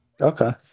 Okay